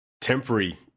temporary